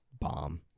bomb